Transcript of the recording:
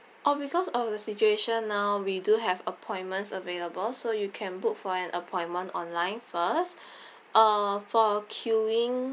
oh because of the situation now we do have appointments available so you can book for an appointment online first uh for queuing